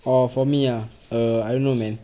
orh for me ah err I don't know man